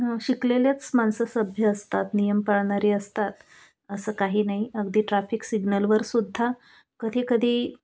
शिकलेलेच माणसं सभ्य असतात नियम पाळणारी असतात असं काही नाही अगदी ट्रॅफिक सिग्नलवरसुद्धा कधीकधी